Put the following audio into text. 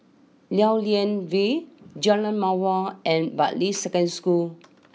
Lew Lian Vale Jalan Mawar and Bartley Secondary School